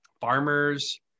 farmers